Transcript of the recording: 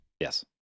Yes